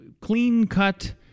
clean-cut